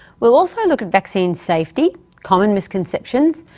we'll also look at vaccine safety, common misconceptions,